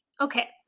okay